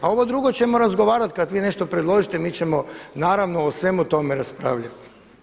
A ovo drugo ćemo razgovarat kad vi nešto predložite mi ćemo naravno o svemu tome raspravljati.